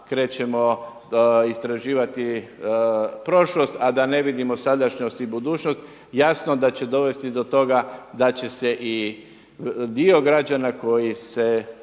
sada krećemo istraživati prošlost, a da ne vidimo sadašnjost i budućnost, jasno da će dovesti do toga da će se i dio građana koji se